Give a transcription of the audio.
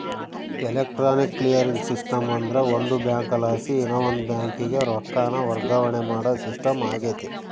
electronic clearing system ಅಂದ್ರ ಒಂದು ಬ್ಯಾಂಕಲಾಸಿ ಇನವಂದ್ ಬ್ಯಾಂಕಿಗೆ ರೊಕ್ಕಾನ ವರ್ಗಾವಣೆ ಮಾಡೋ ಸಿಸ್ಟಮ್ ಆಗೆತೆ